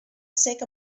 cec